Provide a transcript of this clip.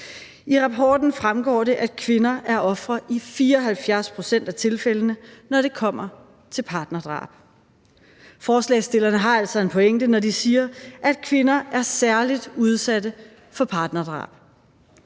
I rapporten fremgår det, at kvinder er ofre i 74 pct. af tilfældene, når det kommer til partnerdrab. Forespørgerne har altså en pointe, når de siger, at kvinder er særlig udsatte for partnerdrab.